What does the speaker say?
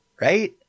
right